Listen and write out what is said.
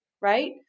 right